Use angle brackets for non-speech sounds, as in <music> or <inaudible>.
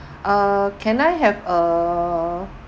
<breath> uh can I have a